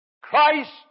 Christ